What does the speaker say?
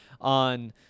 on